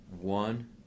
One